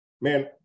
man